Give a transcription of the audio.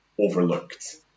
overlooked